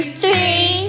three